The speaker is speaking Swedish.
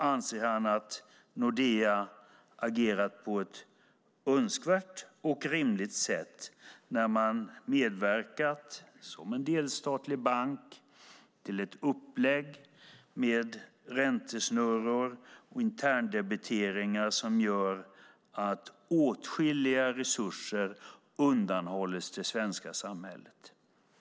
Anser han att Nordea agerat på ett önskvärt och rimligt sätt när man medverkat, som en delstatlig bank, till ett upplägg med räntesnurror och interndebiteringar som gör att åtskilliga resurser undanhålls det svenska samhället?